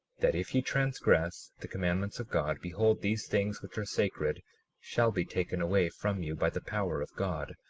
that if ye transgress the commandments of god, behold, these things which are sacred shall be taken away from you by the power of god,